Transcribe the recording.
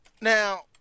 Now